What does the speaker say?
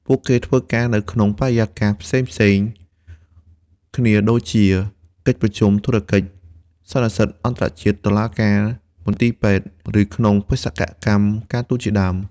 ពួកគេធ្វើការនៅក្នុងបរិយាកាសផ្សេងៗគ្នាដូចជា កិច្ចប្រជុំធុរកិច្ច សន្និសីទអន្តរជាតិ តុលាការ មន្ទីរពេទ្យ ឬក្នុងបេសកកម្មការទូតជាដើម។